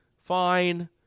fine